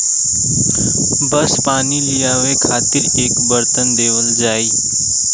बस पानी लियावे खातिर एक बरतन देवल जाई